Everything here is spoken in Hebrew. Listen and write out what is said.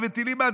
ומטילים מס,